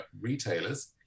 retailers